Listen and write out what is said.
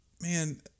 Man